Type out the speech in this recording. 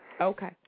Okay